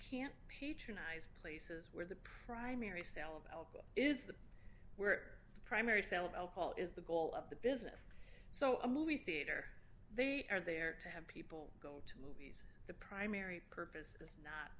can't patronize places where the primary sale of alcohol is the where the primary sale of alcohol is the goal of the business so a movie theater they are there to have people the primary purpose is not